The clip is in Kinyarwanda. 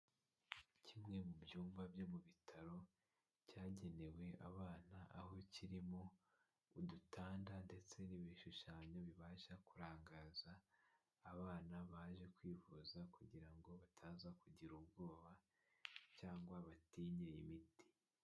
Kimwe mu byumba byo mu bitaro, cyagenewe abana aho kirimo udutanda ndetse n'ibishushanyo, bibasha kurangaza abana baje kwivuza kugira ngo bataza kugira ubwoba cyangwa batinye imiti.